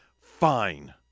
Fine